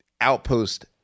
outpost